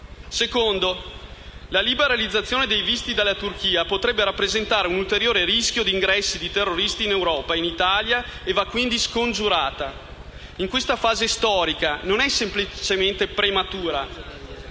è che la liberalizzazione dei visti dalla Turchia potrebbe rappresentare un ulteriore rischio di ingresso di terroristi in Europa e in Italia e va quindi scongiurata. In questa fase storica non è semplicemente prematuro.